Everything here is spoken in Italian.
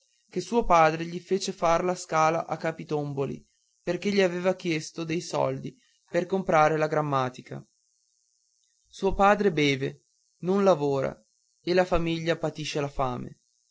che suo padre gli fece far la scala a capitomboli perché gli aveva chiesto dei soldi da comperare la grammatica suo padre beve non lavora e la famiglia patisce la fame